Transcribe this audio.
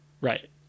Right